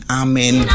amen